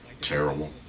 Terrible